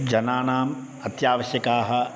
जनानाम् अत्यावश्यकाः